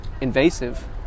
invasive